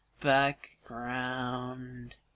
background